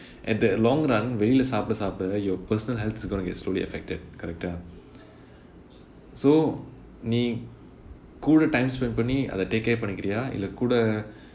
at the long run வெளிளே சாப்பிட சாப்பிட:velilae saapida saapida your personal health is gonna get slowly affected correct ah so நீ கூட:nee kooda time spend பண்ணி அதை:panni athai take care பண்ணிக்கிறையா இல்லை கூட:pannikiraiyaa illai kooda